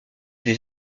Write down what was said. des